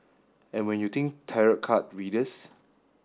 and when you think tarot card readers